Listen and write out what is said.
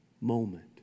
moment